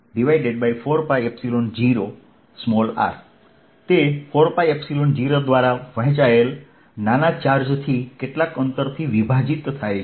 Vzdq4π0r તે 4π0દ્વારા વહેંચાયેલ નાના ચાર્જથી કેટલાક અંતરથી વિભાજિત થાય છે